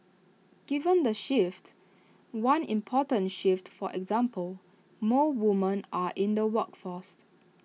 given the shifts one important shift for example more women are in the workforce